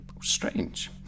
Strange